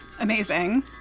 Amazing